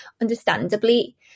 understandably